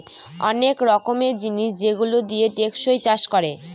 অনেক রকমের জিনিস যেগুলো দিয়ে টেকসই চাষ করে